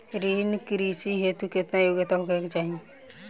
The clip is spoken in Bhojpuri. कृषि ऋण हेतू केतना योग्यता होखे के चाहीं?